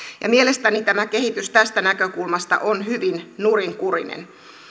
mielestäni tämä kehitys tästä näkökulmasta on hyvin nurinkurinen